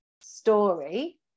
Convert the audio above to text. story